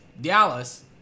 Dallas